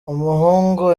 umuhungu